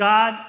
God